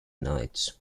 nights